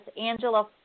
Angela